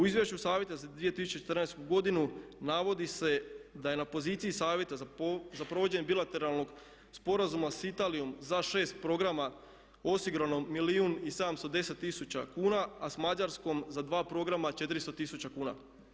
U Izvješću Savjeta za 2014. godinu navodi se da je na poziciji Savjeta za provođenje bilateralnog sporazuma s Italijom za 6 programa osigurano milijun i 710 tisuća kuna, a s Mađarskom za programa 400 tisuća kuna.